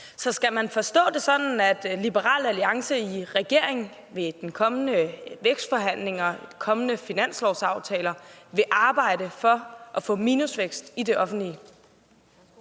Skal man forstå det sådan, at Liberal Alliance i regeringen ved de kommende vækstforhandlinger, de kommende finanslovsaftaler, vil arbejde for at få minusvækst i det offentlige?